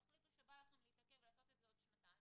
תחליטו שבא לכם להתעכב ולעשות את זה עוד שנתיים